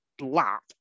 lap